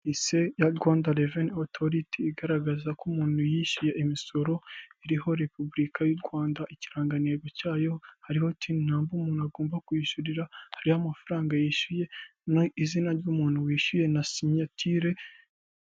Rise ya Rwanda revennyu otoriti, igaragaza ko umuntu yishyuye imisoro, iriho repubulika y'u Rwanda, ikirangantego cyayo, hariho tini namba umuntu agomba kwishyurira, hariho amafaranga yishyuye, izina ry'umuntu wishyuye na sinyatire.